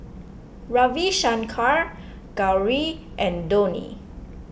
Ravi Shankar Gauri and Dhoni